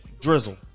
drizzle